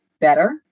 better